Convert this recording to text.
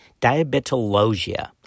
Diabetologia